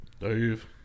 Dave